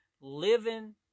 living